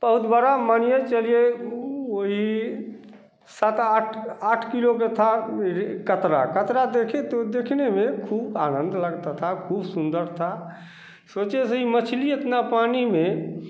बहुत बड़ा मानिए चलिए वह वही सात आठ आठ किलो की थी रे काटला काटला देखे तो देखने में ख़ूब आनंद लगता था ख़ूब सुंदर थी सोचे सी मछली इतनी पानी में